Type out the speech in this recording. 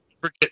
forget